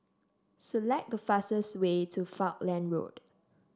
select the fastest way to Falkland Road